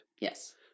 Yes